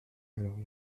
alors